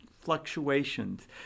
fluctuations